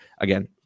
again